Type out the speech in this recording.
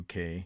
UK